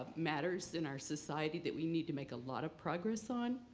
matters in our society that we need to make a lot of progress on.